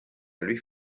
luis